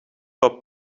for